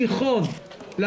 תיכון,